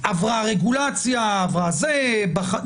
עברה רגולציה וכדומה.